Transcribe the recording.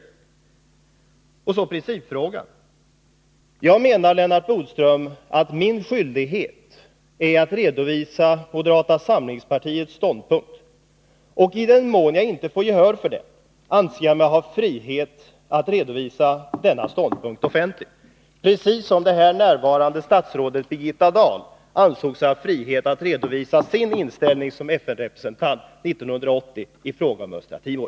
Och så principfrågan: Jag menar, Lennart Bodström, att min skyldighet är att redovisa moderata samlingspartiets ståndpunkt, och i den mån jag inte får gehör för den anser jag mig ha frihet att redovisa denna ståndpunkt offentligt, precis som det här närvarande statsrådet Bigitta Dahl ansåg sig ha frihet att redovisa sin inställning som FN-representant 1980 i fråga om Östra Timor.